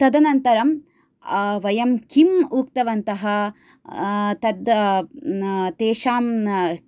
तदनन्तरं वयं किम् उक्तवन्तः तद् तेषां